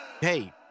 hey